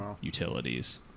utilities